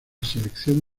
selección